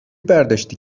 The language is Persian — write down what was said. برداشتی